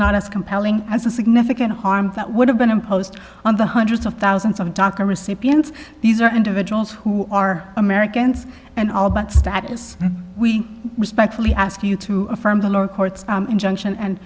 not as compelling as a significant harm that would have been imposed on the hundreds of thousands of a talker recipients these are individuals who are americans and all but status we respectfully ask you to affirm the lower court's injunction and